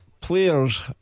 Players